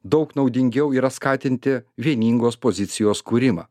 daug naudingiau yra skatinti vieningos pozicijos kūrimą